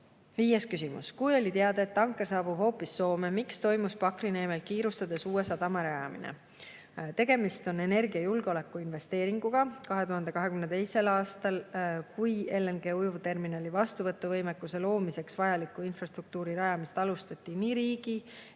küsimus: "Kui oli teada, et tanker saabub hoopis Soome, miks toimus Pakrineemel kiirustades uue sadama rajamine?" Tegemist on energiajulgeoleku investeeringuga 2022. aastal, kui LNG-ujuvterminali vastuvõtu võimekuse loomiseks vajaliku infrastruktuuri rajamist alustati riigi